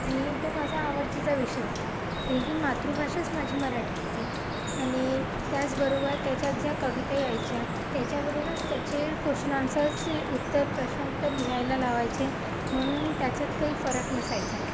आणि तो माझा आवडतीचा विषय होता की मातृभाषाच माझी मराठी होती आणि त्याचबरोबर त्याच्यात ज्या कविता यायच्या त्याच्यावरूनच त्याचे कोश्चन आन्सर्सचे उत्तर प्रश्न उत्तर लिहायला लावायचे म्हणून त्याच्यात काही फरक नसायचा